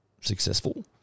successful